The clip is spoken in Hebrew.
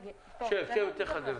שב, אתן לך לדבר.